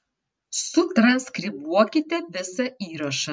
sutranskribuokite visą įrašą